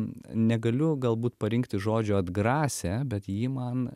negaliu galbūt parinkti žodžio atgrasė bet ji man